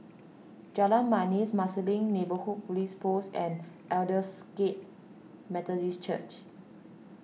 Jalan Manis Marsiling Neighbourhood Police Post and Aldersgate Methodist Church